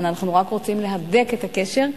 אבל אנחנו רק רוצים להדק את הקשר.